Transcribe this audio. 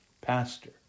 pastor